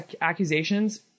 accusations